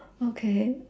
okay